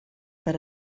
per